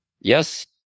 yes